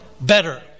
better